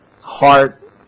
heart